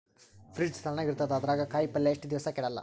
Fridge ತಣಗ ಇರತದ, ಅದರಾಗ ಕಾಯಿಪಲ್ಯ ಎಷ್ಟ ದಿವ್ಸ ಕೆಡಲ್ಲ?